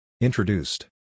Introduced